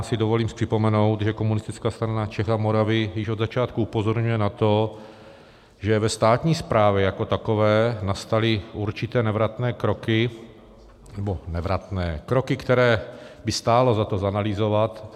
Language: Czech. Já si dovolím připomenout, že Komunistická strana Čech a Moravy již od začátku upozorňuje na to, že ve státní správě jako takové nastaly určité nevratné kroky... nebo nevratné... kroky, které by stálo za to zanalyzovat.